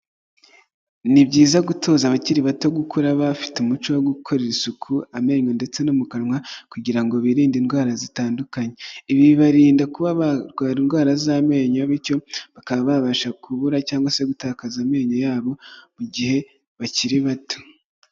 Ni byiza gutoza abakiri bato gukura bafite umuco wo gukorera isuku amenyo ndetse no mu kanwa kugira ngo birinde indwara zitandukanye, ibi bibarinda kuba barwara indwara z'amenyo, bityo bakaba babasha kubura cyangwa se gutakaza amenyo yabo mu gihe bakiri bato.